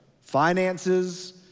finances